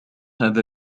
هذا